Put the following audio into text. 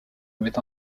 avait